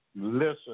Listen